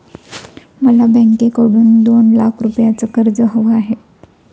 मला बँकेकडून दोन लाख रुपयांचं कर्ज हवं आहे